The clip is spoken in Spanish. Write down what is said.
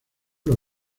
los